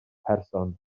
person